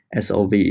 SOV